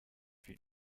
and